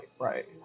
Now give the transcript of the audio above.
right